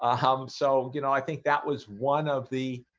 um, so you know, i think that was one of the